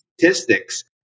statistics